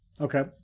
Okay